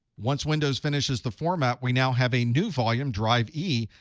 once windows finishes the format, we now have a new volume, drive e.